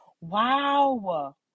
wow